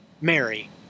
Mary